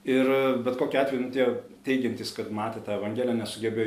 ir bet kokiu atveju nu tie teigiantys kad matė tą evangeliją nesugebėjo